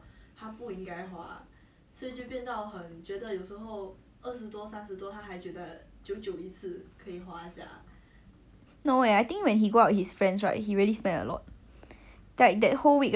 no eh I think when he go out with his friends right he really spend a lot like that whole week right I think that his birthday like the whole week he keep going out I think 一天都花 like 五六十 confirm crazy [one]